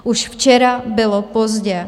Už včera bylo pozdě.